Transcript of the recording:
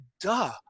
duh